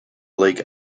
lake